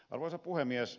arvoisa puhemies